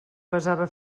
pesava